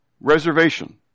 Reservation